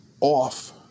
off